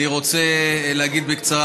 אני כבר אומרת לכם: מלבד ההצעה הזאת,